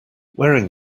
wearing